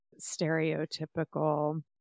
stereotypical